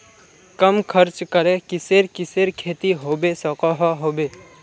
कम खर्च करे किसेर किसेर खेती होबे सकोहो होबे?